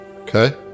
okay